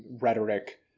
rhetoric